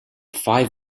five